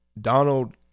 Donald